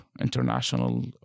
international